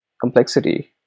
complexity